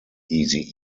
eazy